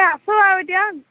এই আছো আৰু এতিয়া